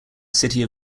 city